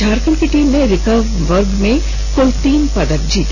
झारखंड की टीम ने रिकर्व वर्ग में कुल तीन पदक जीते